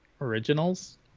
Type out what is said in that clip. originals